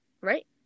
right